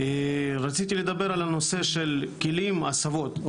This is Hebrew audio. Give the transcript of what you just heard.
רציתי לדבר על הנושא של כלים והסבות.